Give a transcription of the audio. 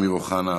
אמיר אוחנה,